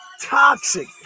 Toxic